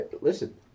Listen